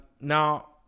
Now